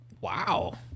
Wow